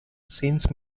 since